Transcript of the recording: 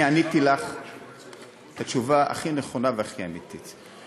אני עניתי לך את התשובה הכי נכונה והכי אמיתית.